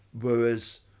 Whereas